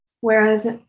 Whereas